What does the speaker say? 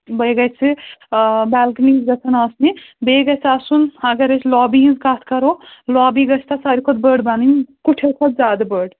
بیٚیہِ گژھِ بالکُنی گژھن آسنہِ بیٚیہِ گژھِ آسُن اگر أسۍ لابی ہٕنٛز کَتھ کَرو لابی گژھِ تَتھ سارِوٕے کھۄتہٕ بٔڈ بَنٕنۍ کُٹھٮ۪و کھۄتہٕ زیادٕ بٔڈ